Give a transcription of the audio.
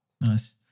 Nice